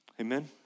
Amen